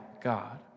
God